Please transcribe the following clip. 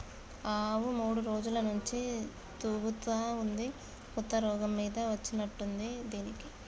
ఈ ఆవు మూడు రోజుల నుంచి తూగుతా ఉంది కొత్త రోగం మీద వచ్చినట్టుంది దీనికి